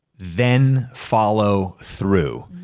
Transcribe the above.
then follow through.